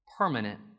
Permanent